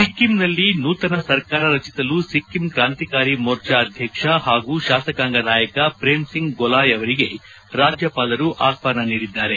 ಸಿಕ್ಕಿಂನಲ್ಲಿ ನೂತನ ಸರ್ಕಾರ ರಚಿಸಲು ಸಿಕ್ಕಿಂ ಕಾಂತಿಕಾರಿ ಮೋರ್ಚಾ ಅಧ್ಯಕ್ಷ ಪಾಗೂ ಶಾಸಕಾಂಗ ನಾಯಕ ಪ್ರೇಮ್ ಸಿಂಗ್ ಗೊಲಾಯ್ ಅವರಿಗೆ ರಾಜ್ಯಪಾಲರು ಆಹ್ವಾನ ನೀಡಿದ್ದಾರೆ